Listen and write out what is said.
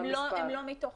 הם לא מתוך